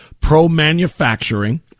pro-manufacturing